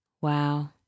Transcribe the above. Wow